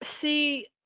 see